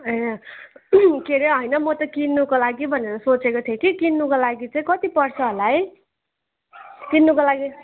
ए के रे होइन म त किन्नुको लागि भनेर सोचेको थिएँ कि किन्नुको लागि चाहिँ कति पर्छ होला है किन्नुको लागि